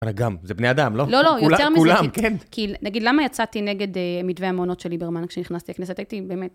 מנהגם, זה בני אדם, לא? לא, לא, יותר מזה. כולם, כולם, כן. כי נגיד, למה יצאתי נגד מתווה המונות של ליברמן כשנכנסתי לכנסת? הייתי, באמת..